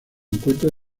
encuentra